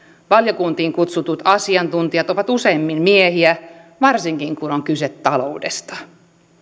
valiokuntiin kutsutut asiantuntijat ovat useimmin miehiä varsinkin kun on kyse taloudesta